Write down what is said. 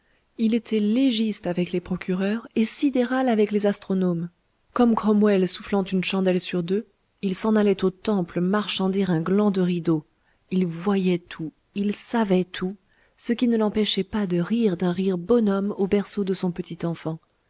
il était légiste avec les procureurs et sidéral avec les astronomes comme cromwell soufflant une chandelle sur deux il s'en allait au temple marchander un gland de rideau il voyait tout il savait tout ce qui ne l'empêchait pas de rire d'un rire bonhomme au berceau de son petit enfant